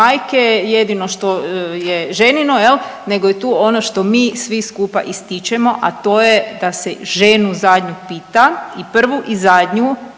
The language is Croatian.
jedino što je ženino jel nego je tu ono što mi svi skupa ističemo, a to je da se ženu zadnju pita i prvu i zadnju,